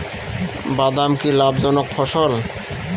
বাদাম কি লাভ জনক ফসল?